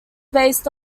based